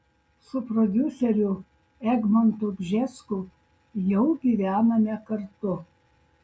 su prodiuseriu egmontu bžesku jau gyvename kartu